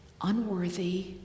unworthy